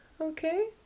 okay